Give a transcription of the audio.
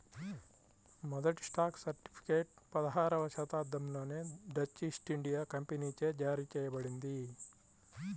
మొదటి stock certificate పదహారవ శతాబ్దంలోనే డచ్ ఈస్ట్ ఇండియా కంపెనీచే జారీ చేయబడింది